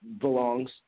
belongs